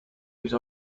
whose